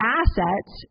assets